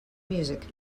music